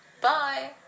Bye